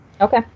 okay